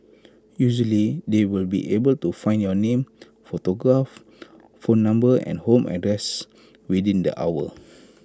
usually they will be able to find your name photograph phone number and home address within the hour